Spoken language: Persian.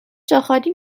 جاخالی